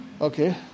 okay